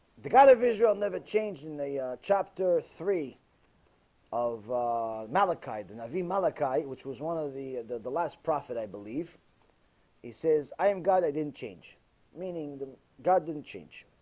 the god of israel never changed in the chapter three of malachite the navi malachi, which was one of the the the last prophet i believe he says i am god. i didn't change meaning the god didn't change